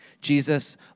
Jesus